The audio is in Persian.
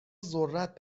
ذرت